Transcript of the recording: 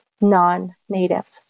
non-native